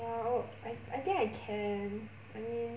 ah oh I I think I can I mean